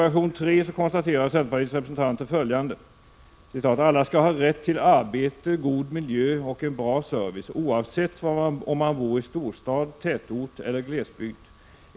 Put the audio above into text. ” Alla skall ha rätt till arbete, god miljö och en bra service oavsett om man bor i storstad, tätort eller glesbygd.